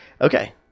Okay